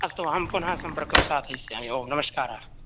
अस्तु अहं पुनः सम्पर्कं साधयिष्यामि ओं नमस्काराः